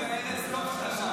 ארז, טוב שאתה